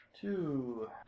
two